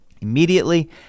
Immediately